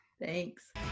Thanks